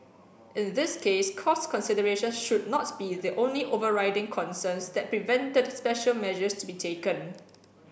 in this case cost considerations should not be the only overriding concerns that prevented special measures to be taken